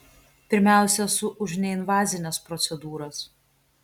pirmiausia esu už neinvazines procedūras